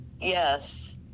Yes